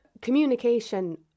communication